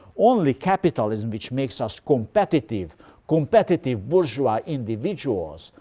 only capitalism, which makes us competitive competitive bourgeois individuals,